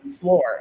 floor